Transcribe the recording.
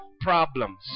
problems